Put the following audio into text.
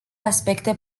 aspecte